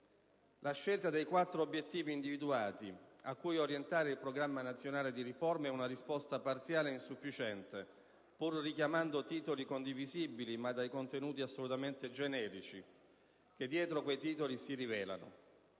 La scelta dei quattro obiettivi individuati verso cui orientare il Programma nazionale di riforma è una risposta parziale e insufficiente, pur richiamando titoli condivisibili ma dai contenuti assolutamente generici che dietro quei titoli si rivelano.